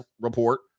report